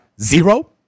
zero